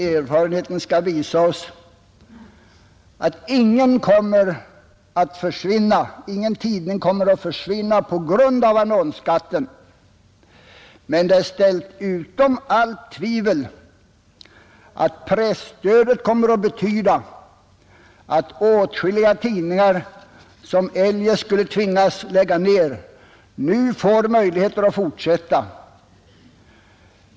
Erfarenheten skall nog visa oss att ingen tidning kommer att försvinna på grund av annonsskatten, men det är ställt utom allt tvivel att presstödet kommer att betyda att åtskilliga tidningar som eljest skulle tvingas lägga ner sin verksamhet nu kan fortsätta.